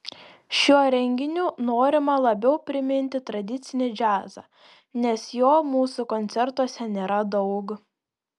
šiuo renginiu norima labiau priminti tradicinį džiazą nes jo mūsų koncertuose nėra daug